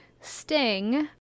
Sting